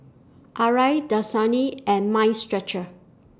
Arai Dasani and Mind Stretcher